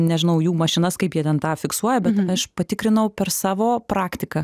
nežinau jų mašinas kaip jie ten tą fiksuoja bet aš patikrinau per savo praktiką